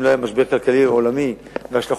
אם לא היה משבר כלכלי עולמי והשלכות